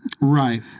Right